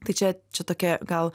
tai čia čia tokia gal